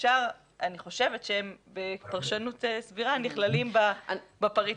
אני חושבת שבפרשנות סבירה הם נכללים בפריט